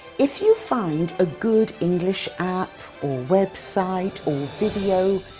if you find a good english app or website or video,